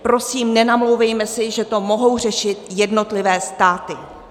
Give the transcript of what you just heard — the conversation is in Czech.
Prosím, nenamlouvejme si, že to mohou řešit jednotlivé státy.